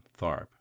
Tharp